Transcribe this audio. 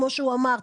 כמו שהוא אמר,